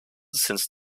since